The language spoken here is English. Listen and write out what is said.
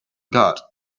god